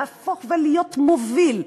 להפוך ולהיות מוביל,